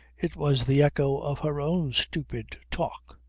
it was the echo of her own stupid talk.